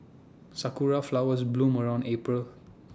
Sakura Flowers bloom around April